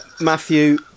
matthew